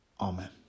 Amen